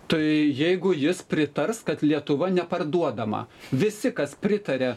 tai jeigu jis pritars kad lietuva neparduodama visi kas pritaria